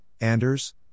Anders